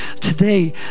Today